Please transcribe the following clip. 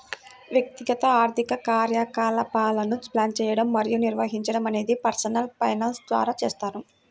వ్యక్తిగత ఆర్థిక కార్యకలాపాలను ప్లాన్ చేయడం మరియు నిర్వహించడం అనేది పర్సనల్ ఫైనాన్స్ ద్వారా చేస్తారు